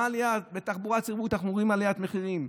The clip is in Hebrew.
בתחבורה ציבורית אנחנו רואים עליית מחירים,